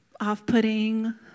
off-putting